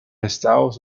estados